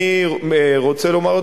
אני רוצה לומר,